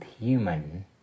human